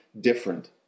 different